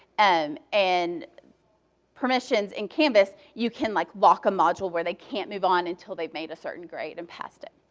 and and permissions in canvass, you can like lock a module where they can't move on until they've made a certain grade and passed it.